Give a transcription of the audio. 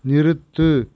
நிறுத்து